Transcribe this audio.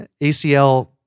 ACL